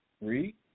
Read